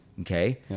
Okay